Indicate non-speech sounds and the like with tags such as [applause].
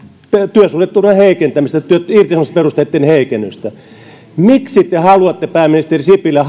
työsuhdeturvaa heikentää irtisanomisperusteita heikentämällä miksi pääministeri sipilä [unintelligible]